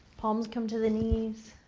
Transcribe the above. palms come to the knees,